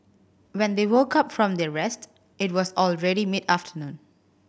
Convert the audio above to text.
when they woke up from their rest it was already mid afternoon